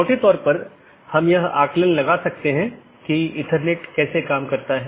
autonomous system संगठन द्वारा नियंत्रित एक इंटरनेटवर्क होता है